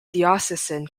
diocesan